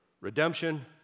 Redemption